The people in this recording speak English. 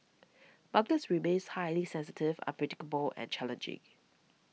markets remains highly sensitive unpredictable and challenging